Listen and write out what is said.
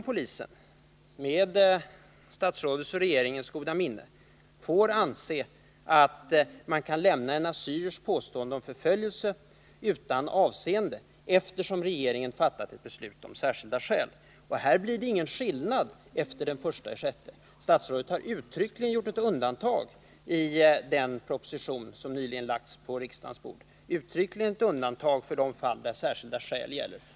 Polisen får, med statsrådets och regeringens goda minne, lämna en assyriers påstående om förföljelse utan avseende, eftersom regeringen har fattat ett beslut om ”särskilda skäl”. I detta hänseende blir det ingen skillnad efter den 1 juli. I den proposition som nyligen har lagts på riksdagens bord har statsrådet uttryckligen gjort ett undantag för de fall där särskilda skäl gäller.